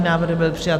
Návrh byl přijat.